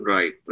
Right